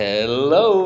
Hello